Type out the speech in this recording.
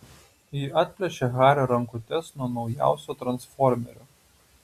ji atplėšia hario rankutes nuo naujausio transformerio